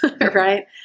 right